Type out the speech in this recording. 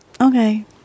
Okay